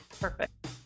Perfect